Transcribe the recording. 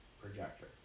projector